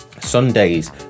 Sundays